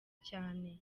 cyane